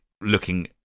looking